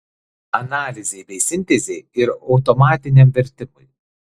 analizei bei sintezei ir automatiniam vertimui